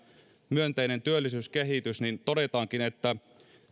myönteinen työllisyyskehitys todetaankin samalla että